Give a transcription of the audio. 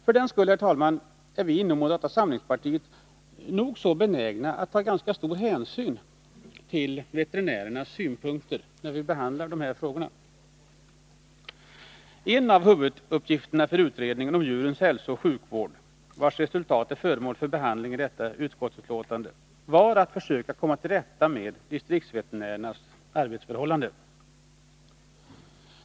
För den skull, herr talman, är vi inom moderata samlingspartiet nog så benägna att ta stor hänsyn till veterinärernas synpunkter, när vi behandlar de här frågorna. En av huvuduppgifterna för utredningen om djurens hälsooch sjukvård, vars resultat är föremål för behandling i detta utskottsbetänkande, var att försöka komma till rätta med distriktsveterinärernas arbetsförhållanden.